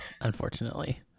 Unfortunately